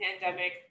pandemic